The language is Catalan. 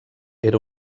era